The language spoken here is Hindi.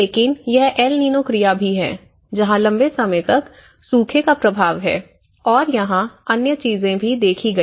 लेकिन यह एल नीनो क्रिया भी है जहां लंबे समय तक सूखे का प्रभाव है और यहां अन्य चीजें भी देखी गई